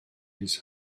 his